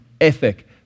ethic